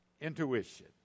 intuition